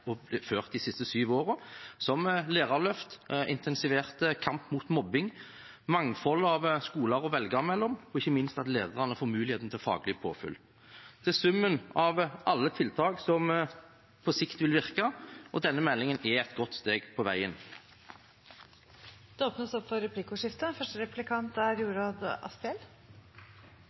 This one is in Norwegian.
de siste sju årene – som Lærerløftet, intensivert kamp mot mobbing, et mangfold av skoler å velge mellom og ikke minst at lærerne får mulighet til faglig påfyll. Det er summen av alle tiltak som på sikt vil virke, og denne meldingen er et godt steg på veien. Det blir replikkordskifte.